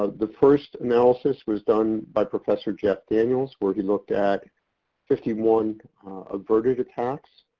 ah the first analysis was done by professor jeff daniels. where he looked at fifty one averted attacks.